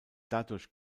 dadurch